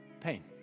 pain